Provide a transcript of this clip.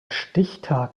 stichtag